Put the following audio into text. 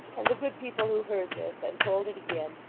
and the good people who heard this and told it again,